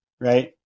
right